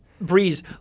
Breeze